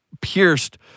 pierced